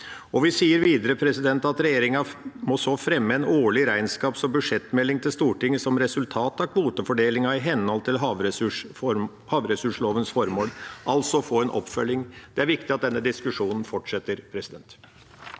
Vi foreslår videre: «Regjeringen fremmer en årlig regnskaps- og budsjettmelding til Stortinget om resultatet av kvotefordelingen i henhold til havressurslovens formål» – altså få en oppfølging. Det er viktig at denne diskusjonen fortsetter. Irene